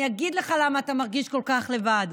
אני אגיד לך למה אתה מרגיש כל כך לבד,